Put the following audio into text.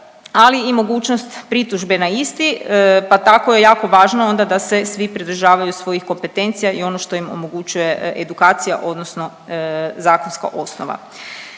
ali i mogućnost pritužbe na isti pa tako je jako važno onda da se svi pridržavaju svojih kompetencija i ono što im omogućuje edukacija odnosno zakonska osnova.